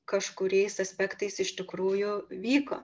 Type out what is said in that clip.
kažkuriais aspektais iš tikrųjų vyko